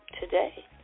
today